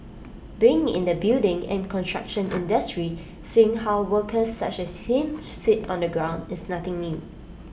being in the building and construction industry seeing how workers such as him sit on the ground is nothing new